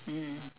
mm